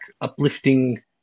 uplifting